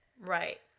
Right